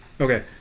okay